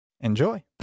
Enjoy